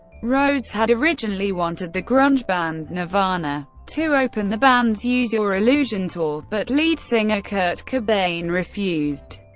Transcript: rose had originally wanted the grunge band nirvana to open the band's use your illusion tour, but lead singer kurt cobain refused.